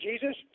jesus